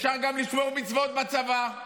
אפשר גם לשמור מצוות בצבא.